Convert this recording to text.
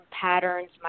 patterns